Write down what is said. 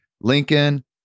Lincoln